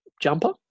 jumper